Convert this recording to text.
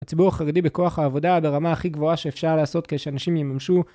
הציבור החרדי בכוח העבודה ברמה הכי גבוהה שאפשר לעשות כדי שאנשים יממשו